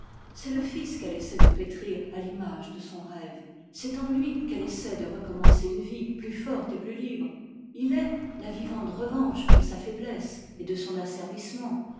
c'est le fils qu'elle essaie de pétrir à l'image de son rêve c'est en lui qu'elle essaie de recommencer une vie plus forte et plus libre il est la vivante revanche de sa faiblesse et de son asservissement